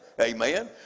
amen